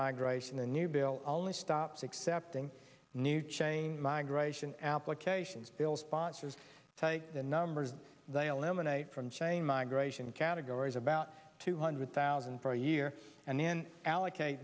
migration the new bill only stops accepting new chain migration applications bill's sponsors take the numbers they eliminate from chain migration categories about two hundred thousand for a year and then allocate